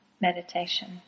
meditation